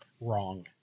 Wrong